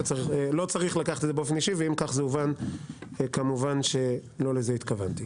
לא צריך לקחת את זה באופן אישי ואם כך זה הובן כמובן שלא לזה התכוונתי.